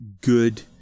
good